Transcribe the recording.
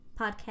podcast